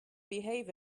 behave